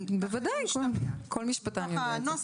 בוודאי, כל משפטן יודע את זה.